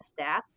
stats